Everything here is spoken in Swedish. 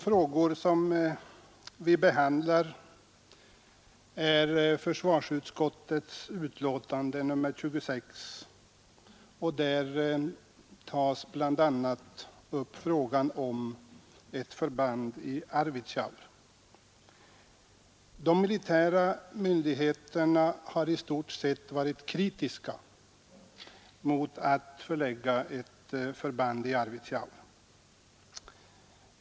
Fru talman! I försvarsutskottets betänkande nr 26 behandlas bl.a. frågan om ett förband i Arvidsjaur. De militära myndigheterna har i stort sett varit kritiska mot att förlägga ett förband till Arvidsjaur.